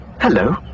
hello